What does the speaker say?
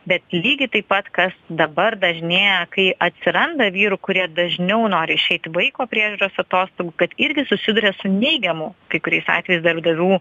bet lygiai taip pat kas dabar dažnėja kai atsiranda vyrų kurie dažniau nori išeiti vaiko priežiūros atostogų kad irgi susiduria su neigiamu kai kuriais atvejais darbdavių